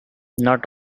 not